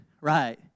right